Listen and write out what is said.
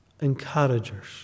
Encouragers